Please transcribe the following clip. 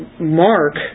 Mark